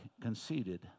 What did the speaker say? conceded